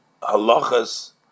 halachas